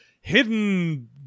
hidden